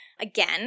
again